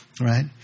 Right